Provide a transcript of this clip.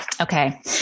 okay